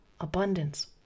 abundance